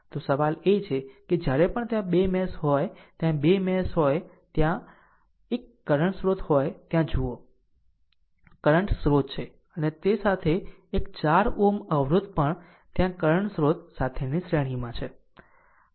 તો સવાલ એ છે કે જ્યારે પણ ત્યાં 2 મેશ હોય ત્યાં બે મેશ હોય ય ત્યારે એક કરંટ સ્ત્રોત હોય ત્યાં જુઓ કરંટ સ્રોત છે અને તે સાથે એક 4 Ω અવરોધ પણ આ કરંટ સ્ત્રોત સાથેની શ્રેણીમાં છે